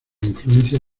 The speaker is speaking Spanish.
influencia